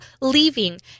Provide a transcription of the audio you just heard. leaving